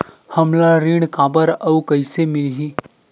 हमला ऋण काबर अउ कइसे मिलही?